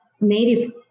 Native